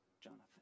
Jonathan